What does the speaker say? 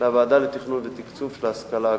לוועדה לתכנון ותקצוב של ההשכלה הגבוהה,